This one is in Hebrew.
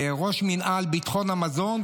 ראש מינהל ביטחון המזון,